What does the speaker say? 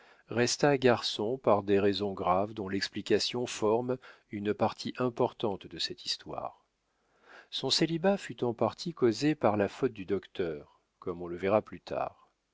resta garçon par des raisons graves dont l'explication forme une partie importante de cette histoire son célibat fut en partie causé par la faute du docteur comme on le verra plus tard